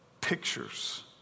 pictures